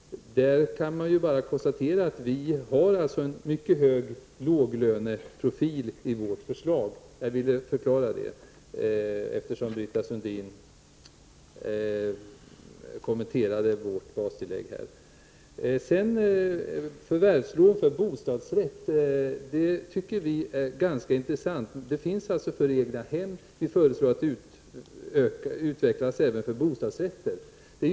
Där kan man konstatera att vi alltså har en markerad låglöneprofil i vårt förslag. Jag ville förklara detta, eftersom Britta Sundin kommenterade vårt bastillägg. Förvärvslån för bostadsrätter tycker vi är ganska intressant. Sådana finns alltså när det gäller egnahem. Vi föreslår att sådana lån utvecklas även för bostadsrätter.